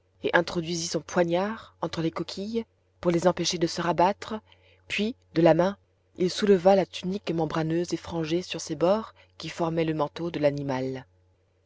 introduisit son poignard entre les coquilles pour les empêcher de se rabattre puis de la main il souleva la tunique membraneuse et frangée sur ses bords qui formait le manteau de l'animal